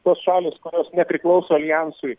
tos šalys kurios nepriklauso aljansui